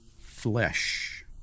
flesh